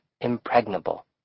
impregnable